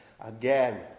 Again